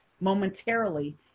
momentarily